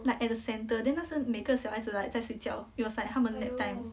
like at the centre then 那时每个小孩子 like 在睡觉 it was like 他们 nap time